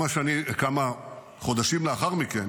כמה חודשים לאחר מכן